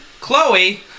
Chloe